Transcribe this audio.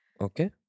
Okay